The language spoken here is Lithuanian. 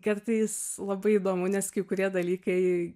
kartais labai įdomu nes kai kurie dalykai